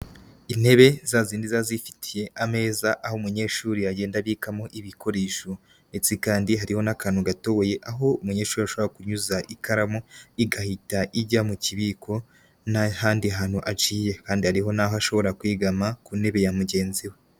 Intebe zazindi ziba zifitiye ameza aho umunyeshuri agenda abikamo ibikoresho ndetse kandi harimo n'akantu gatoboye, aho umunyeshuri ashobora kunyuza ikaramu igahita ijya mu kibiko nta handi hantu aciye, kandi hari n'aho ashobora kwegama ku ntebe ya mugenzi we.